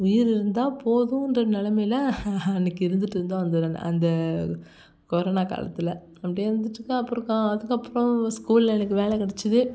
உயிர் இருந்தால் போதுன்ற நிலமையில் அன்றைக்கி இருந்துட்டிருந்தோம் அந்த ரெண் அந்த கொரோனா காலத்தில் அப்படியே இருந்துகிட்டு இருக்க அப்புறம் கா அதுக்கப்புறம் ஸ்கூலில் எனக்கு வேலை கிடைச்சிது